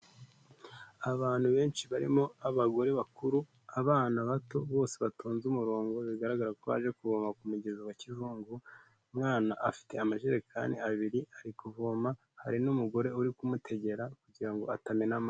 Abantu benshi barimo abagore bakuru, abana bato, bose batonze umurongo bigaragara ko aje kuvoma ku mugezi wa kizungu, umwana afite amajerekani abiri ari kuvoma, hari n'umugore uri kumutegera kugira ngo atamena amazi.